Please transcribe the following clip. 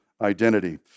identity